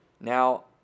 Now